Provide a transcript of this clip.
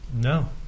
No